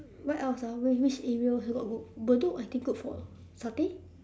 what else ah wait which area got good bedok I think good for satay